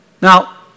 Now